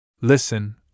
Listen